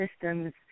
systems